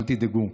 אל תדאגו,